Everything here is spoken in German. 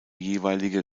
jeweilige